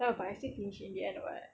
oh might as well kimchi in the end [what]